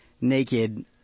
naked